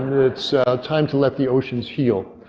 it's time to let the oceans heal.